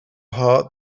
heart